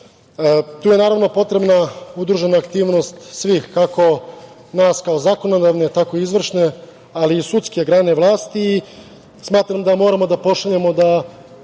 je, naravno, potrebna udružena aktivnost svih, kako nas kao zakonodavne, tako i izvršne, ali i sudske grane vlasti. Smatram da moramo da pošaljemo jasnu